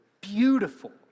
beautiful